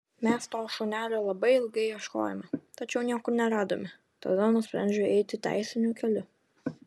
mes to šunelio labai ilgai ieškojome tačiau niekur neradome tada nusprendžiau eiti teisiniu keliu